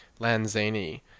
Lanzini